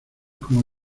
como